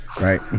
Right